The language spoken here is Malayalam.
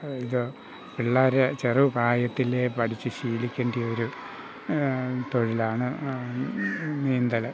ഇത് പിള്ളേർ ചെറു പ്രായത്തിലേ പഠിച്ചു ശീലിക്കേണ്ട ഒരു തൊഴിലാണ് നീന്തൽ